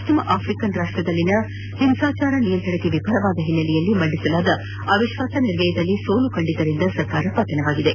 ಪಶ್ಚಿಮ ಆಫ್ರಿಕನ್ ರಾಷ್ಟದಲ್ಲಿನ ಹಿಂಸಾಚಾರ ನಿಯಂತ್ರಿಸಲು ವಿಫಲವಾದ ಹಿನ್ನೆಲೆಯಲ್ಲಿ ಮಂಡಿಸಲಾದ ಅವಿಶ್ವಾಸ ನಿರ್ಣಯದಲ್ಲಿ ಸೋಲು ಕಂಡಿದ್ದರಿಂದ ಸರ್ಕಾರ ಪತನವಾಗಿದೆ